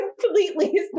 completely